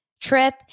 trip